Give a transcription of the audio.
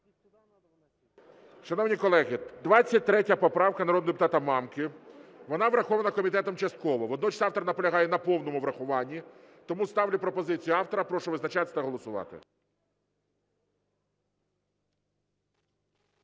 Шановні колеги, 23 поправка народного депутата Мамки, вона врахована комітетом частково. Водночас автор наполягає на повному врахуванні. Тому ставлю пропозицію автора. Прошу визначатися та голосувати.